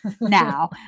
now